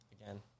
Again